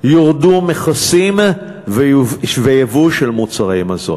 יורדו מכסים על ייבוא של מוצרי מזון.